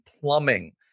plumbing